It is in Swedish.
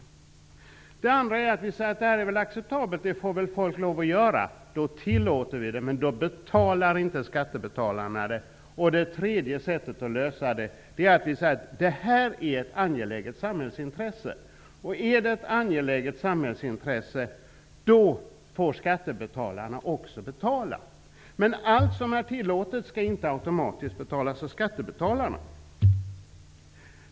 Den andra lösningen är att vi säger att det är acceptabelt, det får folk lov att göra, det är tillåtet men att skattebetalarna inte skall stå för kostnaden. Det tredje sättet att lösa frågan är att säga att detta är ett angeläget samhällsintresse, och om det är ett angeläget samhällsintresse, då får skattebetalarna också betala. Men allt som är tillåtet skall inte automatiskt betalas av skattebetalarna.